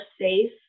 safe